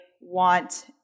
want